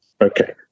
Okay